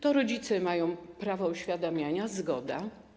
To rodzice mają prawo uświadamiania - zgoda.